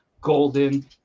Golden